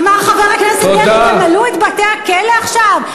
אמר חבר הכנסת דרעי: תמלאו את בתי-הכלא עכשיו?